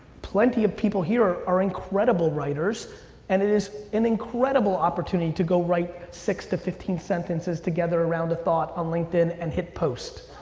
plenty of people here are incredible writers and it is an incredible opportunity to go write six to fifteen sentences together around the thought on linkedin and hit post.